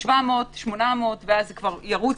700, 800, ואז זה ירוץ.